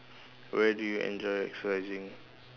where do you enjoy exercising